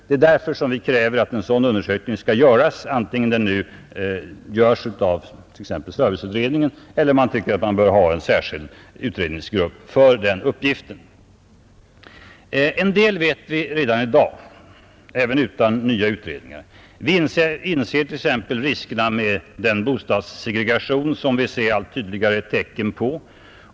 Det är därför vi kräver att en sådan utredning skall göras, vare sig den nu görs av den sittande serviceutredningen eller man tycker att vi bör ha en särskild utredningsgrupp för den uppgiften. En del vet vi redan i dag, även utan nya utredningar. Vi inser t.ex. riskerna med den bostadssegregation, som vi ser allt tydligare tecken på.